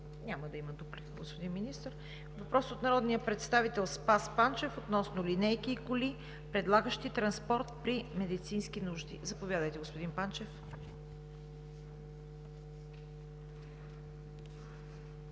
Няма да има дуплика, господин Министър. Въпрос от народния представител Спас Панчев относно линейки и коли, предлагащи транспорт при медицински нужди. Заповядайте, господин Панчев.